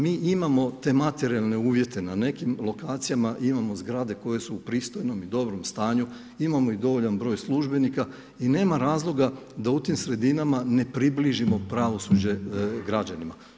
Mi imamo te materijalne uvjete, na nekim lokacijama imamo zgrade koje su u pristojnom i dobrom stanju, imamo i dovoljan broj službenika i nema razloga da u tim sredinama ne približimo pravosuđe građanima.